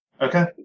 Okay